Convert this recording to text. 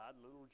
little